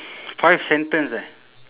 five sentence eh